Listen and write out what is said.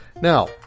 now